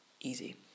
Easy